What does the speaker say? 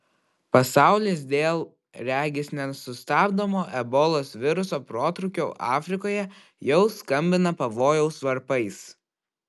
pasaulis dėl regis nesustabdomo ebolos viruso protrūkio afrikoje jau skambina pavojaus varpais